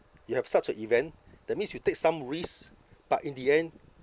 you have such a event that means you take some risks but in the end